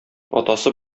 атасы